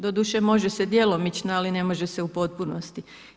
Doduše, može se djelomično, ali ne može se u potpunosti.